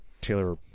Taylor